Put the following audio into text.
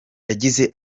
yagize